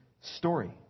story